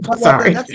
Sorry